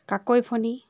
কাকৈ ফণী